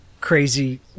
crazy